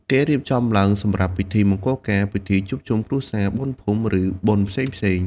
គេរៀបចំឡើងសម្រាប់ ពិធីមង្គលការ ពិធីជួបជុំគ្រួសារ បុណ្យភូមិ ឬបុណ្យផ្សេងៗ ។